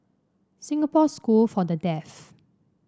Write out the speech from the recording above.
Singapore School for the Deaf